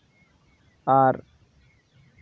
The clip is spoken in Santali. ᱟᱨ